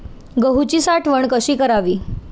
गहूची साठवण कशी करावी?